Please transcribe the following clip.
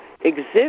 exist